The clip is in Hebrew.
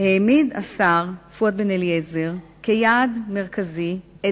העמיד השר פואד בן-אליעזר כיעד מרכזי את